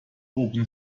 open